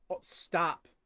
stop